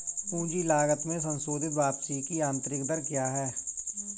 पूंजी लागत में संशोधित वापसी की आंतरिक दर क्या है?